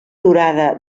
durada